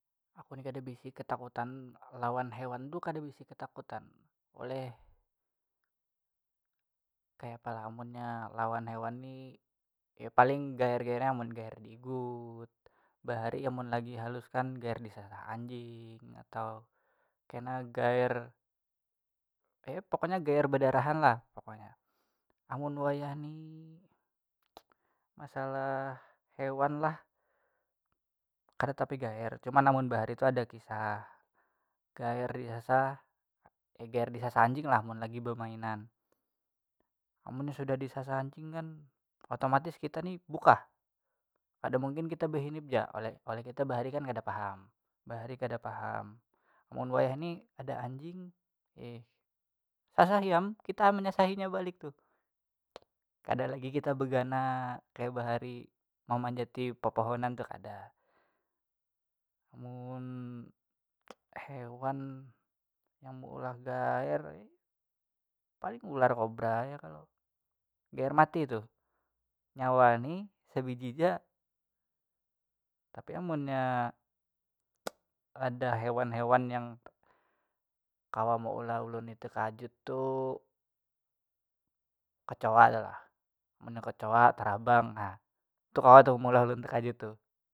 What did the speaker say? Aku ni kada beisi ketakutan lawan hewan tu kada beisi ketakutan oleh kayapalah munnya lawan hewan ni ya paling gair- gairnya mun gair diigut bahari amun lagi halusan gair disasah anjing atau kena gair kayap- pokoknya gair bedarahan lah pokoknya amun wayah ni masalah hewan lah kada tapi gair cuman amun bahari tu ada kisah gair disasah gair disasah anjing lah mun lagi bemainan amunnya sudah disasah anjing kan otomatis kita ni bukah kada mungkin kita behinip ja oleh oleh kita kan bahari kan kada paham, bahari kada paham, mun wayah ni ada anjing sasahi am kita menyasahinya balik tu kada lagi kita begana kaya bahari memanjati pepohonan tuh kada, mun hewan yang meulah gair paling ular kobra ya kalo gair mati tu nyawa ni sebiji ja tapi amunnya ada hewan hewan yang kawa meulah ulun takajut tu kecoa tu nah amunnya kecoa tarabang nah tu kawa tu meulah ulun takajut tuh.